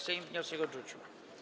Sejm wniosek odrzucił.